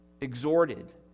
exhorted